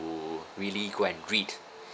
really go and read